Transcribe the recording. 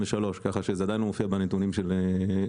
ככה שזה עדיין לא מופיע בנתונים של הייבוא,